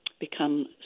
become